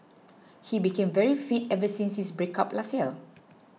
he became very fit ever since his breakup last year